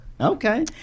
okay